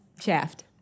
shaft